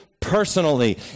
personally